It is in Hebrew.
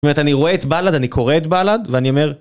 זאת אומרת, אני רואה את בלאד, אני קורא את בלאד, ואני אומר...